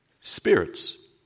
Spirits